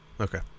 Okay